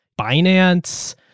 Binance